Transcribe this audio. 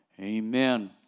Amen